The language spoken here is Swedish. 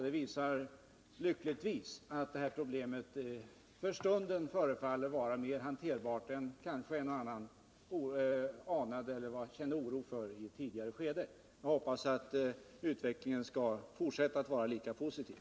Det visar att problemet för stunden lyckligtvis verkar vara mera hanterbart än kanske en och annan oroade sig för i ett tidigare skede. Jag hoppas att utvecklingen skall fortsätta att vara lika positiv.